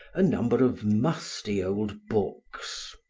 a number of musty old books.